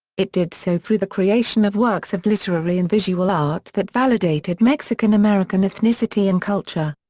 it did so through the creation of works of literary and visual art that validated mexican-american ethnicity and culture.